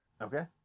Okay